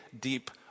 deep